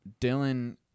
Dylan